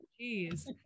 Jeez